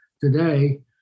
today